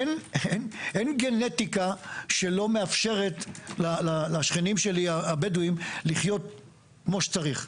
אין גנטיקה שלא מאפשרת לשכנים שלי הבדואים לחיות כמו שצריך,